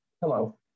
hello